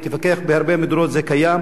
וכמו שציינת,